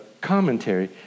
commentary